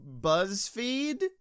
buzzfeed